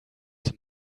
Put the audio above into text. zum